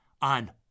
on